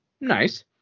Nice